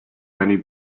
many